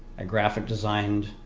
a graphic designed